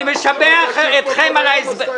אני משבח אתכם על ההסברים,